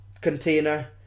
container